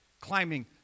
climbing